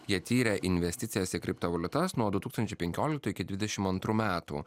jie tyrė investicijas į kriptovaliutas nuo du tūkstančiai penkioliktų iki dvidešim antrų metų